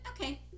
okay